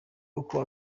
uko